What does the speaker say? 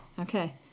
Okay